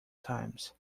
times